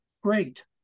great